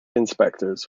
inspectors